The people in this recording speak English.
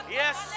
yes